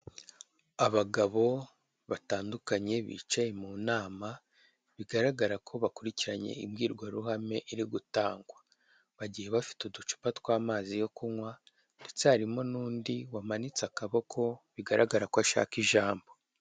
Abagabo batandukanye bicaye mu nama, bigaragara ko bakurikiranye imbwirwaruhame iri gutangwa, Bagiye bafite uducupa tw'amazi yo kunywa, ndetse harimo n'undi wamanitse akaboko bigaragara ko ashaka ijambo.